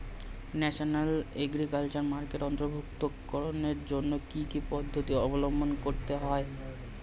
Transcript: National agriculture মার্কেটে অন্তর্ভুক্তিকরণের জন্য কি কি পদ্ধতি অবলম্বন করতে হয়?